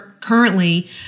currently